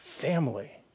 family